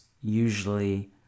usually